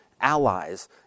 allies